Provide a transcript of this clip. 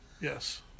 Yes